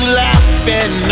laughing